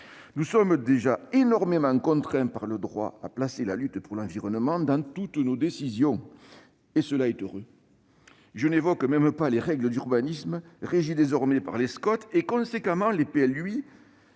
Nous sommes donc déjà énormément contraints par le droit à intégrer la lutte pour l'environnement dans toutes nos décisions, et c'est heureux ! Je n'évoque même pas les règles d'urbanisme régies désormais par les schémas de